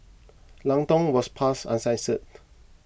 Lang Tong was passed uncensored